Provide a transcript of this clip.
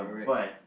but